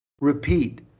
Repeat